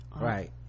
right